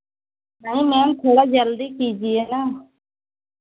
नहीं मैम थोड़ा जल्दी कीजिए ना